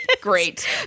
great